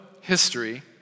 history